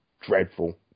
dreadful